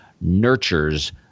nurtures